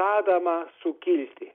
adamą sulikti